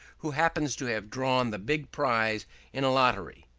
who happens to have drawn the big prize in a lottery.